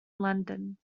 london